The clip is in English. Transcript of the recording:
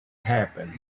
happened